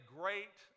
great